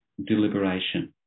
deliberation